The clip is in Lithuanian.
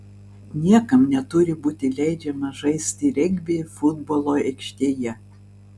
niekam neturi būti leidžiama žaisti regbį futbolo aikštėje